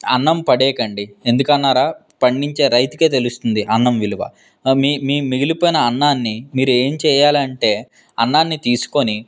అన్నం పడేయకండి ఎందుకని అన్నారా పండించే రైతుకే తెలుస్తుంది అన్నం విలువ మిగిలిపోయిన అన్నాన్ని మీరు ఏం చెయ్యాలంటే అన్నాన్ని తీసుకోని